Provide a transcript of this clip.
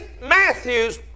Matthew's